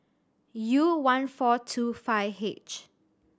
U one four two five H